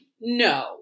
no